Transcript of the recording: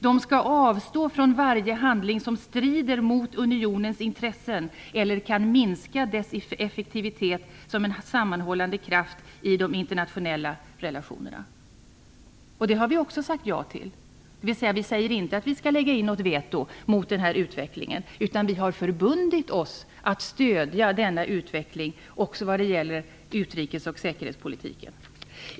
De skall avstå från varje handling som strider mot unionens intressen eller kan minska dess effektivitet som en sammanhållande kraft i de internationella relationerna." Det har vi också sagt ja till, dvs. att vi inte säger att vi skall lägga in något veto mot den här utvecklingen, utan vi har förbundit oss att stödja denna utveckling också vad gäller utrikes och säkerhetspolitiken.